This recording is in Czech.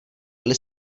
byly